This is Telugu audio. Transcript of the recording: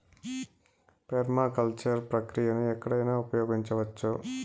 పెర్మాకల్చర్ ప్రక్రియను ఎక్కడైనా ఉపయోగించవచ్చు